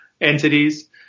entities